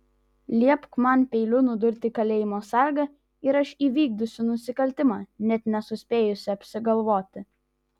liepk man peiliu nudurti kalėjimo sargą ir aš įvykdysiu nusikaltimą net nesuspėjusi apsigalvoti